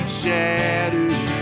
shattered